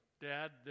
Dad